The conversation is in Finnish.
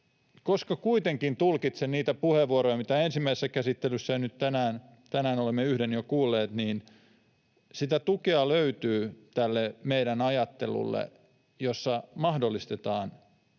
koska kuitenkin tulkitsen niitä puheenvuoroja, mitä ensimmäisessä käsittelyssä olemme — ja nyt tänään jo yhden — kuulleet, niin sitä tukea löytyy tälle meidän ajattelullemme, jossa mahdollistetaan